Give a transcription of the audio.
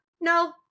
No